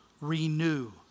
renew